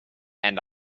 and